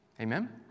Amen